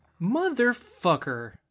Motherfucker